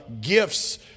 gifts